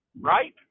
right